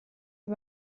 der